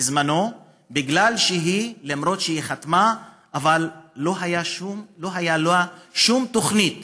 בזמנו, כי למרות שהיא חתמה לא הייתה שום תוכנית